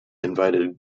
invited